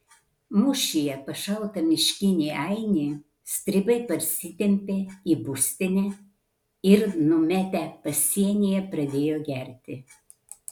mūšyje pašautą miškinį ainį stribai parsitempė į būstinę ir numetę pasienyje pradėjo gerti